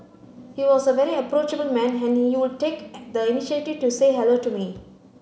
he was a very approachable man and he would take the initiative to say hello to me